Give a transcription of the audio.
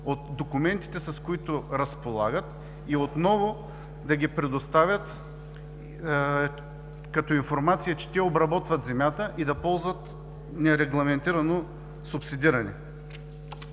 от документите, с които разполагат, и отново да ги предоставят като информация, че те обработват земята и да ползват нерегламентирано субсидиране.